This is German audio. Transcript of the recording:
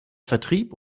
vertrieb